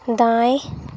दाएँ